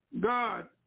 God